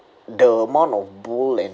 the amount of bowl and